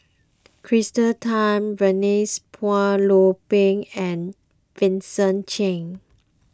Tan Denise Phua Lay Peng and Vincent Cheng